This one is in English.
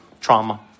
trauma